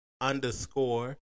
underscore